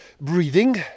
breathing